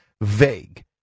vague